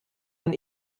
man